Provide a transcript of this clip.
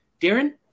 Darren